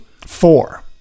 Four